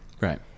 right